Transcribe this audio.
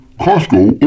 Costco